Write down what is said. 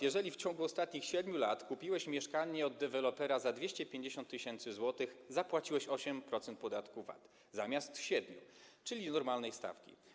Jeżeli w ciągu ostatnich 7 lat kupiłeś mieszkanie od dewelopera za 250 tys. zł, zapłaciłeś 8% podatku VAT zamiast 7%, czyli normalnej stawki.